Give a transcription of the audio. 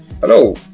Hello